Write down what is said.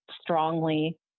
strongly